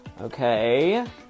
Okay